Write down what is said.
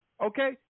Okay